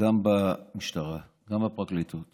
גם במשטרה, גם בפרקליטות